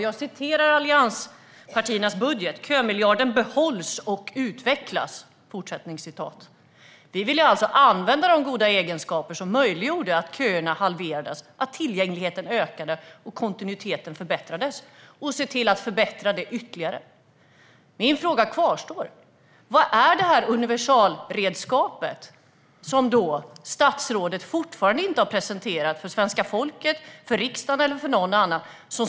Jag citerar ur allianspartiernas tidigare gemensamma budget: "Kömiljarden behålls och utvecklas." Vi ville alltså använda de goda egenskaper som möjliggjorde att köerna halverades, att tillgängligheten ökade och att kontinuiteten förbättrades och se till att förbättra detta ytterligare. Min fråga kvarstår. Vad är det för universalredskap som ska förbättra tillgängligheten men som statsrådet fortfarande inte har presenterat för svenska folket, för riksdagen eller för någon annan?